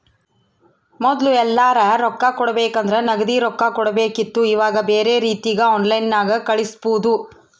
ಮೊದ್ಲು ಎಲ್ಯರಾ ರೊಕ್ಕ ಕೊಡಬೇಕಂದ್ರ ನಗದಿ ರೊಕ್ಕ ಕೊಡಬೇಕಿತ್ತು ಈವಾಗ ಬ್ಯೆರೆ ರೀತಿಗ ಆನ್ಲೈನ್ಯಾಗ ಕಳಿಸ್ಪೊದು